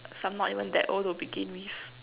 I'm not even that old to begin with